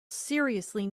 seriously